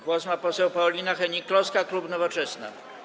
Głos ma poseł Paulina Hennig-Kloska, klub Nowoczesna.